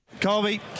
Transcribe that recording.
Colby